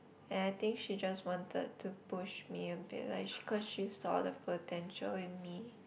and I think she just wanted to push me a bit like because she saw the potential in me